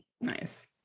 nice